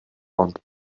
ond